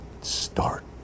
start